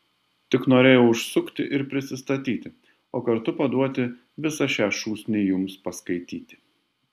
tik norėjau užsukti ir prisistatyti o kartu paduoti visą šią šūsnį jums paskaityti